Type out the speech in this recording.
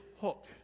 hook